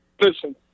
listen